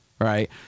Right